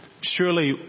surely